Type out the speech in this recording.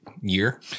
year